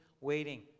waiting